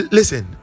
Listen